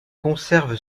conserve